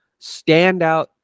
standout